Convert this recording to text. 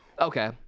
Okay